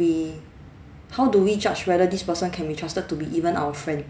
we how do we judge whether this person can be trusted to be even our friend